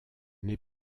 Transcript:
n’est